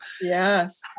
Yes